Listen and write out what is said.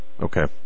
okay